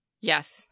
Yes